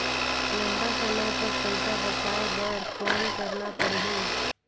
लंबा समय तक पइसा बचाये बर कौन करना पड़ही?